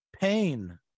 pain